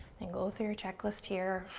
and go through your checklist here.